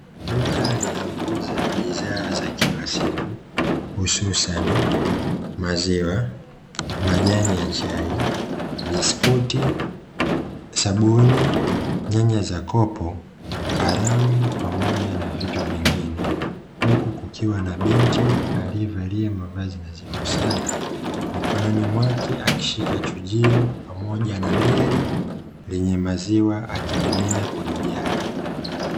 Duka linalouza bidhaa za kila siku hususani: maziwa, majani ya chai, biskuti, sabuni, nyanya za kopo, kalamu pamoja na vitu vingine. Huku kukiwa na binti aliyevalia mavazi nadhifu sana, mikononi mwake akishika chujio pamoja na deri lenye maziwa akimimina kwenye jagi.